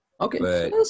Okay